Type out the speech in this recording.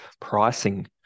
pricing